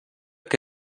que